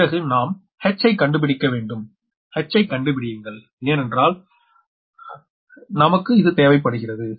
பிறகு நாம் h ஐ கண்டுபிடிக்க வேண்டும் h ஐ கண்டுபிடியுங்கள் ஏனென்றால் நமக்குனிந்து தேவைப்படுகிறது